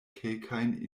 kelkajn